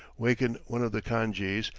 waken one of the khan-jees,